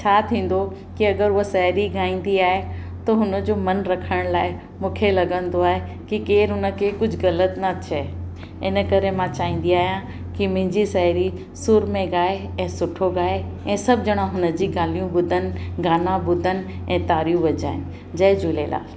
छा थींदो के अगरि उहा साहेड़ी ॻाईंदी आहे त हुनजो मन रखण लाइ मूंखे लॻंदो आहे की केरु हुनखे कुझु ग़लति न चए इन करे मां चाहींदी आहियां की मुंहिंजी साहेड़ी सुर में ॻाए ऐं सुठो ॻाए ऐं सभु ॼणा हुनजी ॻाल्हियूं ॿुधनि गाना ॿुधनि ऐं तारियूं वॼाइनि जय झूलेलाल